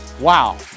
wow